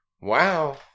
wow